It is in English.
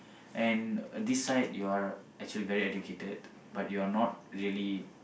and this side you are actually very educated but you are not really